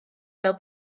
fel